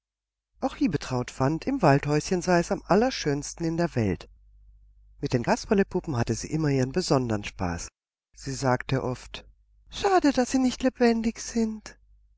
auch liebetraut fand im waldhäuschen sei es am allerschönsten in der welt mit den kasperlepuppen hatte sie immer ihren besonderen spaß sie sagte oft schade daß sie nicht lebendig sind